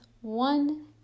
one